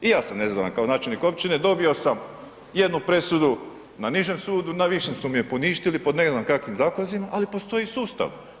I ja sam nezadovoljan kao načelnik općine, dobio sam jednu presudu na nižem sudu, na višem su mi je poništili po ne znam kakvim dokazima, ali postoji sustav.